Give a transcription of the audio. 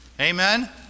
Amen